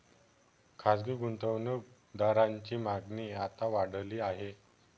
खासगी गुंतवणूक दारांची मागणी आता वाढली आहे